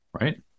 right